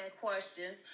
questions